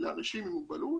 לאנשים עם מוגבלות